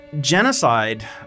genocide